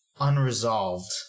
unresolved